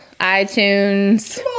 iTunes